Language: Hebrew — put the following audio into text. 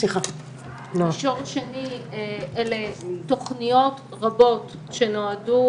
מישור שני הוא תוכניות רבות שנועדו